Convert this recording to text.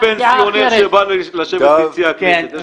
הוא לא פנסיונר שבא לשבת ביציע הכנסת.